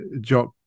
Jock